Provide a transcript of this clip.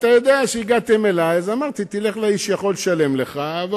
ואתה יודע שכשהגעתם אלי אז אמרתי: תלך לאיש שיכול לשלם לך.